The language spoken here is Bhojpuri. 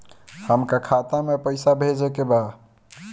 हमका खाता में पइसा भेजे के बा